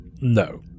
no